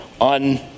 on